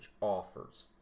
offers